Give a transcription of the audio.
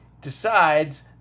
decides